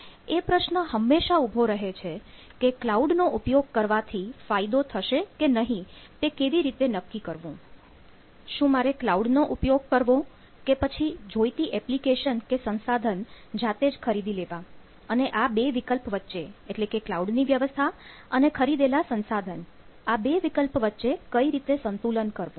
એ પ્રશ્ન હંમેશા ઉભો રહે છે કે ક્લાઉડ નો ઉપયોગ કરવાથી ફાયદો થશે કે નહીં તે કેવી રીતે નક્કી કરવું શું મારે ક્લાઉડ નો ઉપયોગ કરવો કે પછી જોઈતી એપ્લિકેશન કે સંસાધન જાતે જ ખરીદી લેવા અને આ બે વિકલ્પ વચ્ચે એટલે કે ક્લાઉડ ની વ્યવસ્થા અને ખરીદેલા સંસાધન આ બે વિકલ્પ વચ્ચે કઈ રીતે સંતુલન કરવું